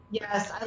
Yes